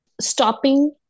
stopping